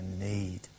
need